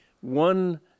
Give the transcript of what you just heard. one